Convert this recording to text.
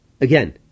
Again